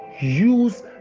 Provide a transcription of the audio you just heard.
use